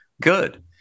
good